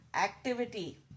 activity